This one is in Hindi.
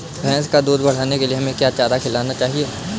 भैंस का दूध बढ़ाने के लिए हमें क्या चारा खिलाना चाहिए?